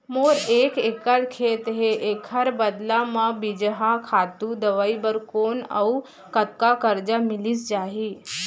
मोर एक एक्कड़ खेत हे, एखर बदला म बीजहा, खातू, दवई बर कोन अऊ कतका करजा मिलिस जाही?